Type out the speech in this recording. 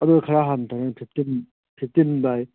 ꯑꯗꯨ ꯈꯔ ꯍꯟꯊꯒꯅꯤ ꯐꯤꯐꯇꯤꯟ ꯐꯤꯐꯇꯤꯟ ꯕꯥꯏ